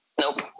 nope